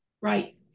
Right